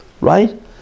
right